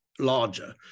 larger